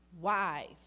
wise